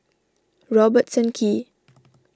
Robertson Quay